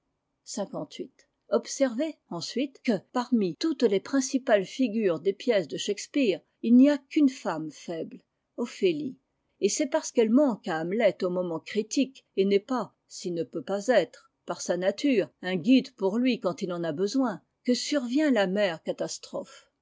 observez ensuite que parmi toutes les principales figures des pièces de shakespeare il n'y a qu'une femme faible ophélie et c'est parce qu'elle manque à hamlet au moment critique et n'est pas et ne peut pas être par sa nature un guide pour lui quand il en a besoin que survient l'amère catastrophe